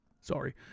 sorry